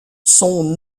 son